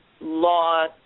law